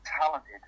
talented